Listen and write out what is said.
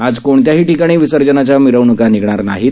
आज कोणत्याही ठिकाणी विसर्जनाच्या मिरवण्का निघणार नाहीत